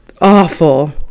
awful